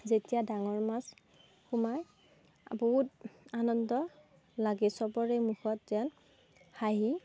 যেতিয়া ডাঙৰ মাছ সোমায় বহুত আনন্দ লাগে চবৰে মুখত যেন হাঁহি